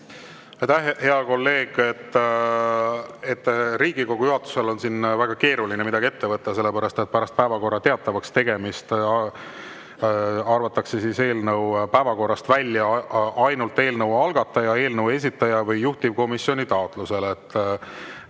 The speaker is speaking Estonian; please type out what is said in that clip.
hea kolleeg! Riigikogu juhatusel on siin väga keeruline midagi ette võtta, sest pärast päevakorra teatavakstegemist arvatakse eelnõu päevakorrast välja ainult eelnõu algataja, eelnõu esitaja või juhtivkomisjoni taotlusel.